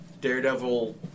Daredevil